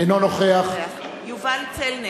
אינו נוכח יובל צלנר,